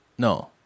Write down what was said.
No